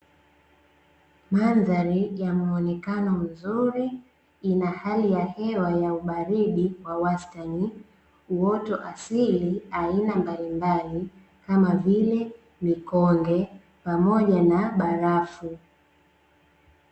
Mandhari ya muonekano mzuri, ina hali ya hewa ya ubaridi wa wastani, uoto asili aina mbalimbali, kama vile mikonge pamoja na barafu.